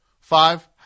Five